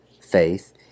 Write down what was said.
faith